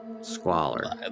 squalor